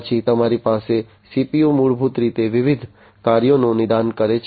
પછી તમારી પાસે CPU મૂળભૂત રીતે વિવિધ કાર્યોનું નિદાન કરે છે